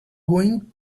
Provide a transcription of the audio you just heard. going